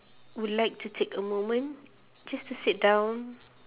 would like to take a moment just to sit down